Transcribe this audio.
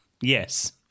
Yes